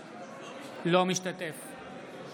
אינו משתתף בהצבעה